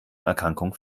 erkrankung